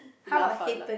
laugh out loud